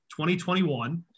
2021